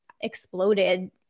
exploded